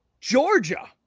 Georgia